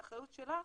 האחריות שלה